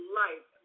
life